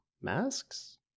Masks